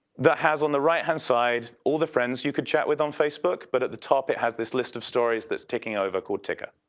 has on the right-hand side all the friends you can chat with on facebook, but at the top it has this list of stories that's ticking over called ticker.